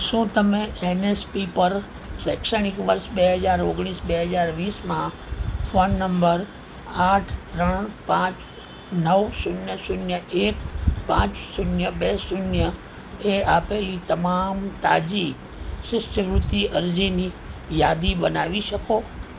શું તમે એનએસપી પર શૈક્ષણિક વર્ષ બે હજાર ઓગણીસ બે હજાર વીસમાં ફોન નંબર આઠ ત્રણ પાંચ નવ શૂન્ય શૂન્ય એક પાંચ શૂન્ય બે શૂન્ય એ આપેલી તમામ તાજી શિષ્યવૃત્તિ અરજીની યાદી બનાવી શકો